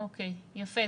יפה.